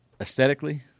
Aesthetically